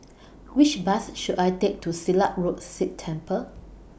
Which Bus should I Take to Silat Road Sikh Temple